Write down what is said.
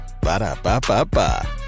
Ba-da-ba-ba-ba